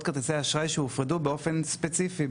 כרטיסי האשראי שהופרדו באופן ספציפי,